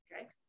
Okay